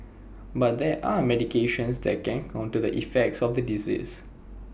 but there are medications that can counter the effects of the disease